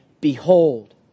behold